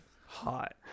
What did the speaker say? Hot